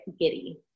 giddy